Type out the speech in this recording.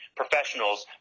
professionals